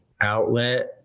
outlet